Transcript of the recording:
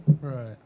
right